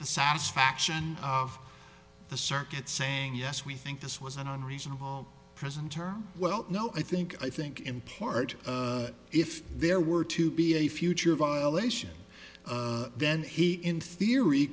the satisfaction of the circuit saying yes we think this was an unreasonable prison term well no i think i think in part if there were to be a future violation then he in theory